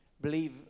Believe